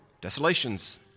Desolations